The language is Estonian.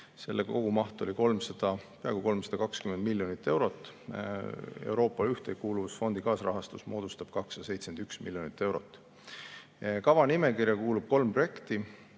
mille kogumaht on peaaegu 320 miljonit eurot. Euroopa [Liidu] Ühtekuuluvusfondi kaasrahastus moodustab 271 miljonit eurot. Kava nimekirja kuulub kolm projekti: